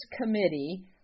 committee